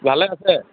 ভালে আছে